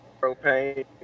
propane